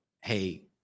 hey